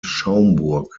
schaumburg